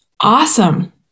Awesome